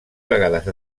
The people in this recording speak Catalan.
vegades